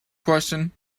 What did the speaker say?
question